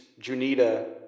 Junita